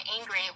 angry